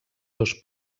dos